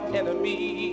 enemy